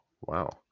Wow